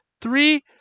three